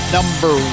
Number